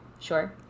sure